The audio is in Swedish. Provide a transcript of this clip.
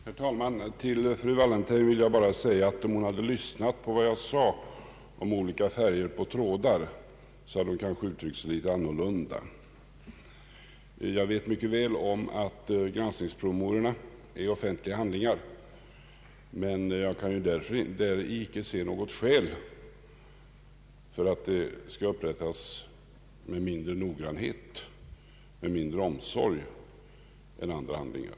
Herr talman! Till fru Wallentheim vill jag bara säga att om hon hade lyssnat till vad jag sade om olika färger på trådar, så hade hon kanske uttryckt sig något annorlunda. Jag vet mycket väl att granskningspromemoriorna är offentliga handlingar, men jag kan däri icke se något skäl för att de skall upprättas med mindre noggrannhet, med mindre omsorg än andra handlingar.